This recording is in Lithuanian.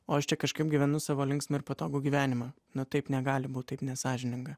o aš čia kažkaip gyvenu savo linksmą ir patogų gyvenimą na taip negali būt taip nesąžininga